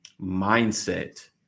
mindset